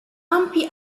ampi